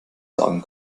sagen